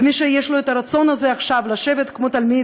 ומי שיש לו את הרצון הזה עכשיו לשבת כמו תלמיד,